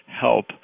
help